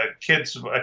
kids